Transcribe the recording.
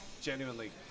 genuinely